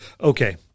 Okay